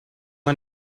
man